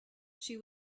she